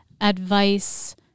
advice